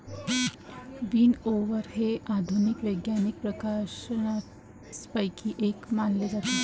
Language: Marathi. विनओवर हे आधुनिक वैज्ञानिक प्रकाशनांपैकी एक मानले जाते